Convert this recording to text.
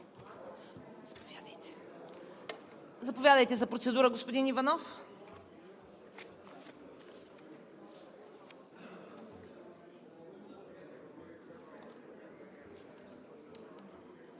Заповядайте за процедура, господин Иванов.